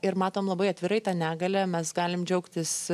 ir matom labai atvirai tą negalią mes galim džiaugtis